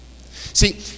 See